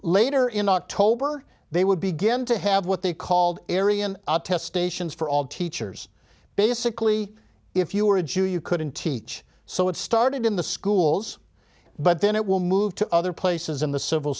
later in october they would begin to have what they called area and test stations for all teachers basically if you were a jew you couldn't teach so it started in the schools but then it will move to other places in the civil